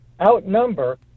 outnumber